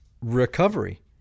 recovery